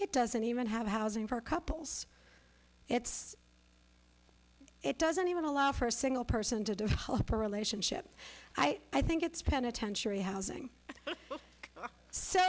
it doesn't even have housing for couples it's it doesn't even allow for a single person to develop a relationship i think it's penitentiary housing so